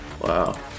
Wow